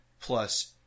plus